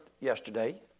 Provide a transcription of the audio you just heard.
yesterday